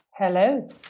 Hello